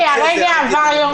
ההסתייגות לא התקבלה.